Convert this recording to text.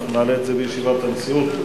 אנחנו נעלה את זה בישיבת הנשיאות,